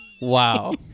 Wow